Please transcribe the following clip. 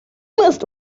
ist